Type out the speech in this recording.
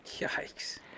Yikes